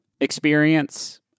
experience